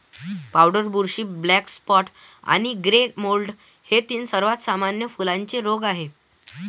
powder बुरशी, black spot आणि grey mould हे तीन सर्वात सामान्य फुलांचे रोग आहेत